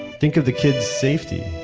think of the kids' safety,